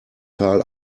tal